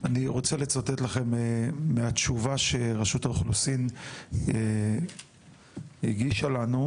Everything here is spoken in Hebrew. אני רוצה לצטט לכם מהתשובה שראשות האוכלוסין הגישה שלנו,